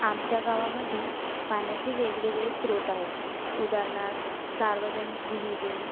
आमच्या गावामध्ये पाण्याचे वेगवेगळे स्रोत आहेत उदारणार्थ सार्वजनिक विहिरी